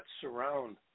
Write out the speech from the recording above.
surround